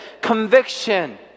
conviction